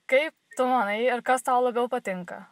kaip tu manai ir kas tau labiau patinka